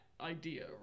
idea